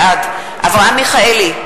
בעד אברהם מיכאלי,